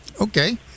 Okay